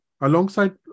alongside